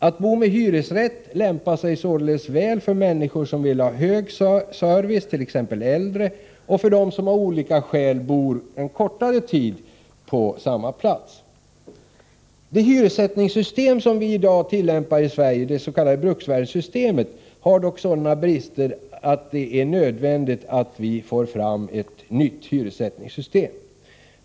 Att bo med hyresrätt lämpar sig således väl för människor som vill ha hög service, t.ex. äldre, och för dem som av olika skäl bor endast en kortare tid på samma plats. Det hyressättningssystem som vi i dag tillämpar i Sverige, det s.k. bruksvärdessystemet, har dock sådana brister att ett nytt hyressättningssystem måste tas fram.